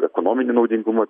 ekonominį naudingumą